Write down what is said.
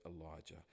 Elijah